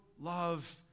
love